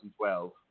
2012